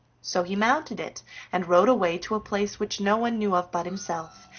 so he mounted it and rode away to a place which no one knew of but himself,